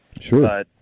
Sure